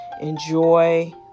Enjoy